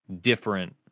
different